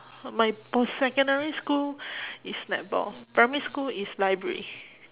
my pos~ secondary school is netball primary school is library